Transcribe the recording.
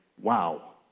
wow